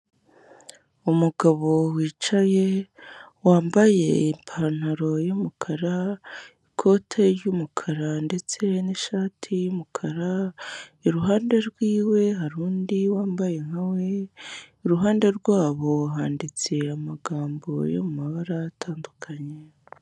Umugabo wicaye wambaye ipantaro y'umukara, ikote ry'umukara ndetse n'ishati y'umukara, iruhande rw'iwe hari undi wambaye nka we, iruhande rwabo handitse amagambo yo mu mabara atandukanye.